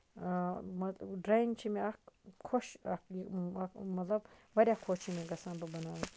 مطلب ڈرایِنٛگ چھےٚ مےٚ اکھ خۄش اکھ مطلب واریاہ خۄش چھَس بہٕ گژھان بہٕ بَناوٕ